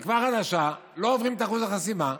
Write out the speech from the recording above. תקווה חדשה לא עוברים את אחוז החסימה,